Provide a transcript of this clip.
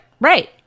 right